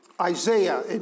Isaiah